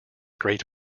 great